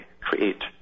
create